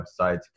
websites